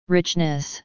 Richness